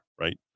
right